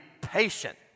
patient